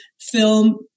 film